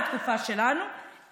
בתקופה שלנו,